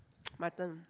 my turn